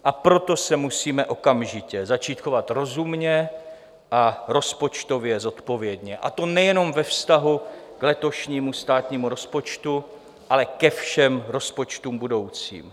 A proto se musíme okamžitě začít chovat rozumně a rozpočtově zodpovědně, a to nejenom ve vztahu k letošnímu státnímu rozpočtu, ale ke všem rozpočtům budoucím.